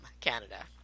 Canada